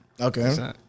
Okay